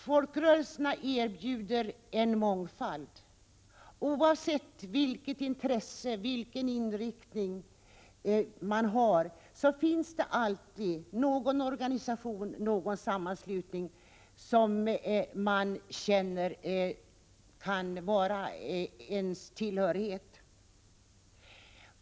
Folkrörelserna erbjuder en mångfald; oavsett vilket intresse och vilken inriktning man har finns det alltid någon organisation eller sammanslutning där man känner tillhörighet.